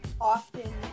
often